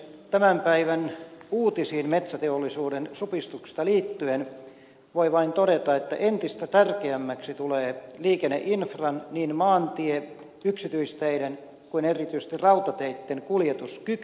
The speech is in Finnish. tämän päivän uutisiin metsäteollisuuden supistuksiin liittyen voi vain todeta että entistä tärkeämmäksi tulee liikenneinfran niin maantien yksityisteiden kuin erityisesti rautateitten kuljetuskyky